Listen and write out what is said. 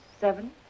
seven